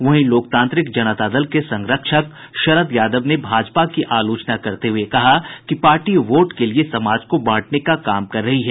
वहीं लोकतांत्रिक जनता दल के संरक्षक शरद यादव ने भाजपा की आलोचना करते हुए कहा कि पार्टी वोट के लिए समाज को बांटने का काम कर रही है